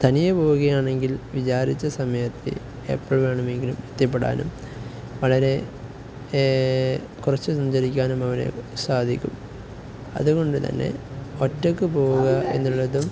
തനിയെ പോവുകയാണെങ്കിൽ വിചാരിച്ച സമയത്ത് എപ്പോള് വേണമെങ്കിലും എത്തിപ്പെടാനും വളരെ കുറച്ച് സഞ്ചരിക്കാനും അവനു സാധിക്കും അതുകൊണ്ടു തന്നെ ഒറ്റയ്ക്കു പോവുക എന്നുള്ളതും